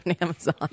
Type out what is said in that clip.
amazon